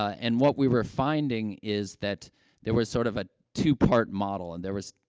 and what we were finding is that there was, sort of, a two-part model, and there was,